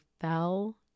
fell